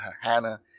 Hannah